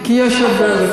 כי יש הבדל.